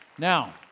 Now